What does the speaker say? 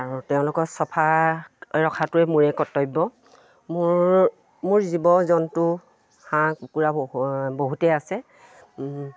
আৰু তেওঁলোকৰ চফা ৰখাটোৱে মোৰে কৰ্তব্য মোৰ মোৰ জীৱ জন্তু হাঁহ কুকুৰা বহুতেই আছে